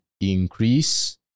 increase